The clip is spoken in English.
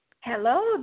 Hello